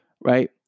right